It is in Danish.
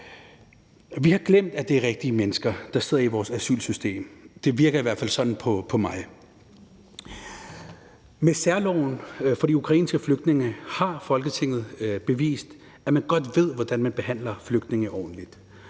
Vi har glemt, at det er rigtige mennesker, der sidder i vores asylsystem. Det virker i hvert fald sådan på mig. Med særloven for de ukrainske flygtninge har Folketinget bevist, at man godt ved, hvordan man behandler flygtninge ordentligt,